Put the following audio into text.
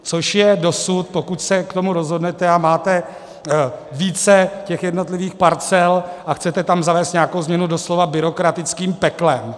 Což je dosud, pokud se k tomu rozhodnete a máte více těch jednotlivých parcel a chcete tam zavést nějakou změnu, byrokratickým peklem.